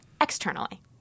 externally